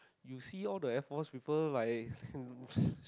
you see all the Air Force people like